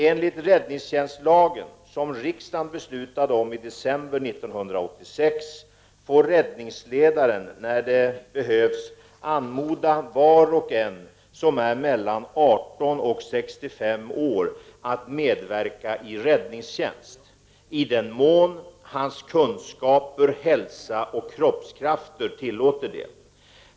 Enligt räddningstjänstlagen, som riksdagen beslutade om i december 1986, får räddningsledaren när det behövs anmoda var och en som är mellan 18 och 65 år att medverka i räddningstjänst, i den mån hans kunskaper, hälsa och kroppskrafter tillåter det.